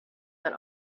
that